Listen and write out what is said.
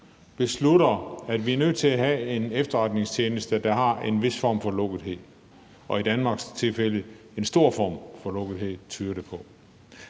beslutter, at man er nødt til at have en efterretningstjeneste, der har en vis form for lukkethed – i Danmarks tilfælde en stor form for lukkethed, tyder det på